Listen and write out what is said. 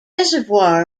reservoir